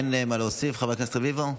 אין מה להוסיף, חבר הכנסת רביבו?